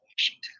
Washington